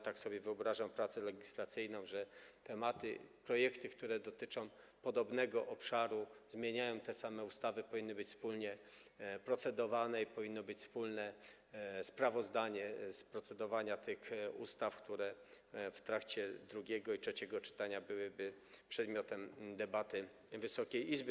Tak sobie wyobrażam pracę legislacyjną, że nad projektami, które dotyczą podobnego obszaru, zmieniają te same ustawy, powinno się wspólnie procedować i powinno być wspólne sprawozdanie z procedowania nad tymi ustawami, które w trakcie drugiego i trzeciego czytania byłyby przedmiotem debaty Wysokiej Izby.